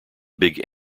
big